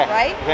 right